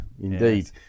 indeed